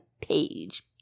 Page